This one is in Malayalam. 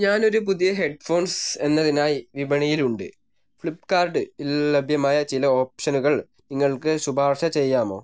ഞാൻ ഒരു പുതിയ ഹെഡ്ഫോൺസ് എന്നതിനായി വിപണിയിലുണ്ട് ഫ്ലിപ്പ്കാർട്ടിൽ ലഭ്യമായ ചില ഓപ്ഷനുകൾ നിങ്ങൾക്ക് ശുപാർശ ചെയ്യാമോ